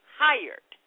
hired